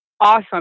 awesome